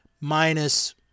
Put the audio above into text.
Minus